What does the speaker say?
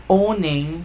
owning